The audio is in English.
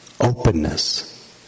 openness